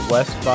West